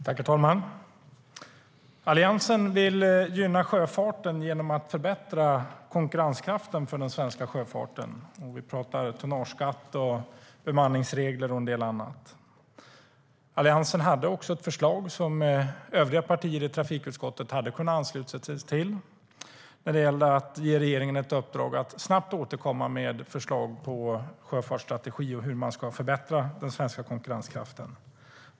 Herr talman! Alliansen vill gynna sjöfarten genom att förbättra konkurrenskraften för den svenska sjöfarten. Vi talar om tonnageskatt, bemanningsregler och en del annat. Alliansen hade ett förslag som övriga partier i trafikutskottet hade kunnat ansluta sig till. Det gällde att ge regeringen i uppdrag att snabbt återkomma med förslag på en sjöfartsstrategi och hur man ska förbättra den svenska konkurrenskraften.